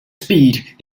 speed